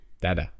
Dada